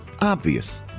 Obvious